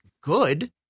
good